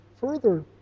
further